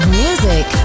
music